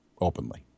openly